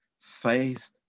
Faith